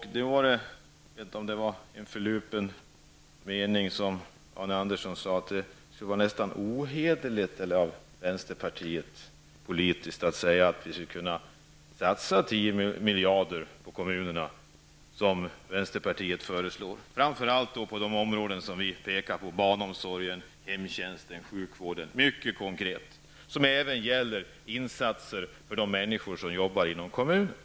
Jag vet inte om det var några förlupna ord när Arne Andersson sade att det var politiskt nästan ohederligt av vänsterpartiet att säga att vi borde kunna satsa 10 miljarder extra på kommunerna, framför allt då på de områden som vi mycket konkret har pekat på: barnomsorgen, hemtjänsten och sjukvården. Det gäller insatser för de människor som arbetar inom kommunen.